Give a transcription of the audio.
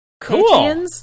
Cool